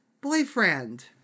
boyfriend